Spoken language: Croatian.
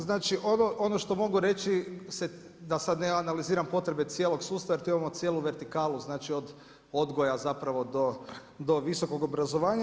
Znači ono što mogu reći, da sad ne analiziram potrebe cijelog sustava, jer tu imamo cijelu vertikalu, znači, od odgoja zapravo do visokog obrazovanja.